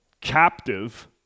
captive